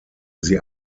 sie